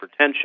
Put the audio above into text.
hypertension